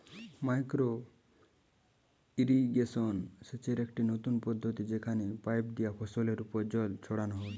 micro irrigation সেচের একটি নতুন পদ্ধতি যেখানে পাইপ দিয়া ফসলের ওপর জল ছড়ানো হয়